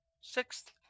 Sixth